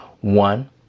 One